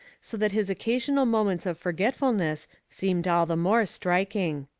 so that his occasional moments of forgetfulness seemed all the more striking.